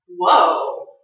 whoa